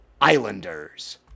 Islanders